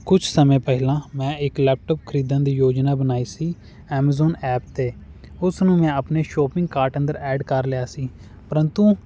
ਕੁਝ ਸਮੇਂ ਪਹਿਲਾਂ ਮੈਂ ਇੱਕ ਲੈਪਟੋਪ ਖਰੀਦਣ ਦੀ ਯੋਜਨਾ ਬਣਾਈ ਸੀ ਐਮਜੋਨ ਐਪ 'ਤੇ ਉਸਨੂੰ ਮੈਂ ਆਪਣੇ ਸ਼ੋਪਿੰਗ ਕਾਰਟ ਅੰਦਰ ਐਡ ਕਰ ਲਿਆ ਸੀ ਪਰੰਤੂ